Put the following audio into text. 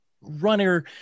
runner